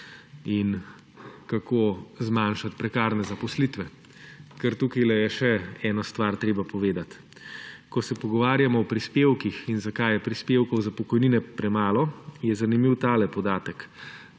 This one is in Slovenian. in kako zmanjšati prekarne zaposlitve. Tukaj je treba še eno stvar povedati. Ko se pogovarjamo o prispevkih in zakaj je prispevkov za pokojnine premalo, je zanimiv tale podatek